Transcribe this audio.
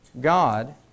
God